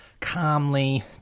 calmly